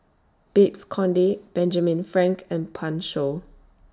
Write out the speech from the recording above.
Babes Conde Benjamin Frank and Pan Shou